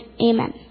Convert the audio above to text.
Amen